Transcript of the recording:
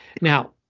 now